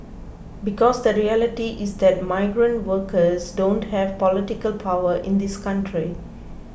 because the reality is that migrant workers don't have political power in this country